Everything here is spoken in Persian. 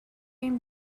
این